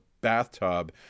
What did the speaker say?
bathtub